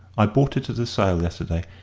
i bought it at a sale yesterday.